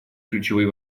ключевые